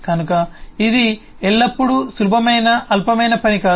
కనుక ఇది ఎల్లప్పుడూ సులభమైన అల్పమైన పని కాదు